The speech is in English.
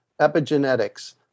epigenetics